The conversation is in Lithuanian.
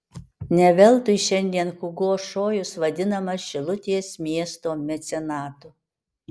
ne veltui šiandien hugo šojus vadinamas šilutės miesto mecenatu